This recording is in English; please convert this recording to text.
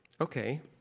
Okay